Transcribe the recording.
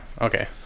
Okay